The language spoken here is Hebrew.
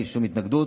אין לי שום התנגדות.